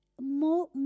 more